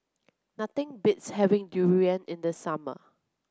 nothing beats having durian in the summer